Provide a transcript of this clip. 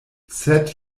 sed